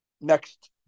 next